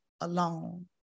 alone